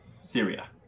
Syria